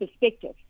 perspective